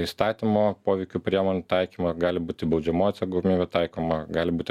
įstatymo poveikių priemonių taikymą gali būti baudžiamoji atsakomybė taikoma gali būti